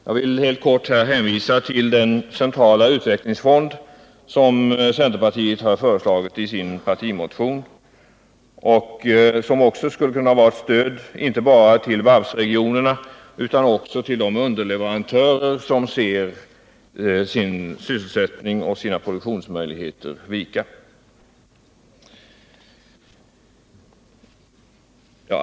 Jag vill helt kort hänvisa till den centrala utvecklingsfond som centerpartiet har föreslagit i sin partimotion. Den skulle också kunna vara ett stöd inte bara till varvsregionerna utan också till de underleverantörer som ser sin sysselsättning och sina produktionsmöjligheter vika.